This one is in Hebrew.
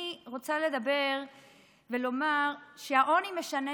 אני רוצה לדבר ולומר שהעוני משנה